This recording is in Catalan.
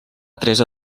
teresa